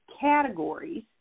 categories